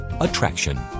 attraction